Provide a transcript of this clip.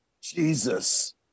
Jesus